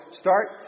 start